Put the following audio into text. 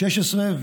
16,